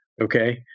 okay